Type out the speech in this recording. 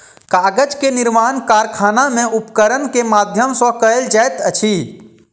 कागज के निर्माण कारखाना में उपकरण के माध्यम सॅ कयल जाइत अछि